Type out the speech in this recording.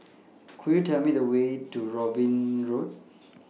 Could YOU Tell Me The Way to Robin Road